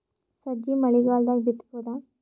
ಸಜ್ಜಿ ಮಳಿಗಾಲ್ ದಾಗ್ ಬಿತಬೋದ?